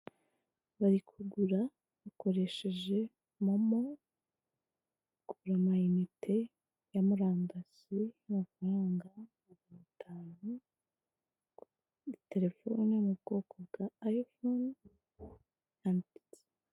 Bari kugura bakoresheje MoMo, kugura amayinite yo murandasi y'amafaranga atanu kuri terefone yo mu bwoko bwa ayifone a..